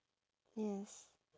yes